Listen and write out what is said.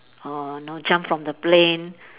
or know jump from the plane